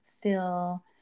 feel